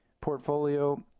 portfolio